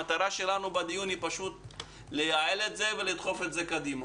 המטרה שלנו בדיון היא לייעל את זה ולדחוף את זה קדימה.